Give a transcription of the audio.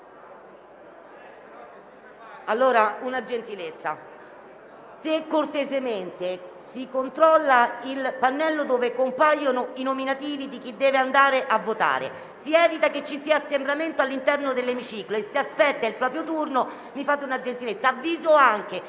Colleghi, una gentilezza: se cortesemente si controlla il pannello dove compaiono i nominativi di chi deve andare a votare, si evita che ci sia assembramento all'interno dell'emiciclo e si aspetta il proprio turno. Avviso anche